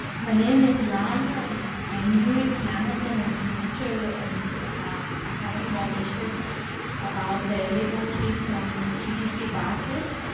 my name is lana and i am new in canada and and toronto and i have a small issue about the little kids on ttc buses